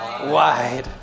Wide